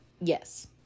Yes